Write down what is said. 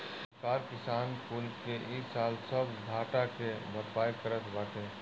सरकार किसान कुल के इ साल सब घाटा के भरपाई करत बाटे